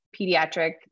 pediatric